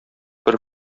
бер